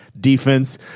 defense